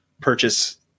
purchase